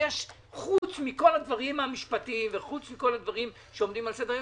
חוץ מכל הדברים המשפטיים ומה שעומד על סדר היום,